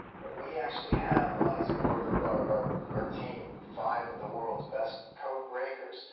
we actually have as a part of our our team five of the world's best code breakers,